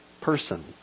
person